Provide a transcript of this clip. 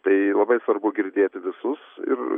tai labai svarbu girdėti visus ir